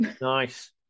Nice